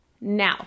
Now